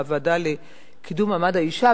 בוועדה לקידום מעמד האשה,